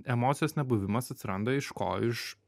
emocijos nebuvimas atsiranda iš ko iš